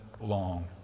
long